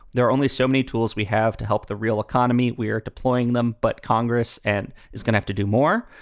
there are only so many tools we have to help the real economy. we are deploying them. but congress and it's gonna have to do more.